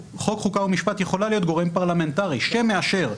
חוק ומשפט יכולה להיות גורם פרלמנטרי שמאשר,